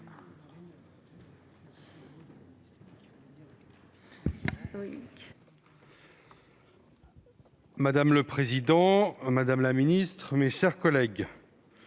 madame la ministre, mes chers collègues,